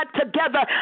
together